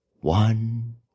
One